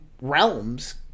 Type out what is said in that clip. realms